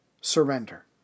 surrender